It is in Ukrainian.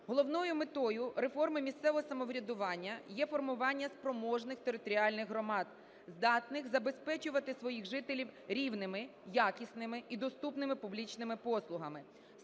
Головною метою реформи місцевого самоврядування є формування спроможних територіальних громад, здатних забезпечувати своїх жителів рівними, якісними і доступними публічними послугами.